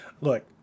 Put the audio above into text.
Look